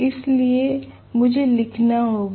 इसलिए मुझे लिखना होगा